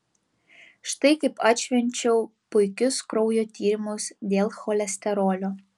štai kaip atšvenčiau puikius kraujo tyrimus dėl cholesterolio